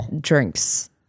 drinks